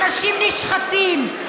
אנשים נשחטים.